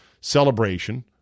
celebration